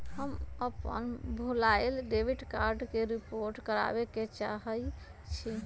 हम अपन भूलायल डेबिट कार्ड के रिपोर्ट करावे के चाहई छी